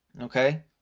Okay